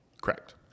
Correct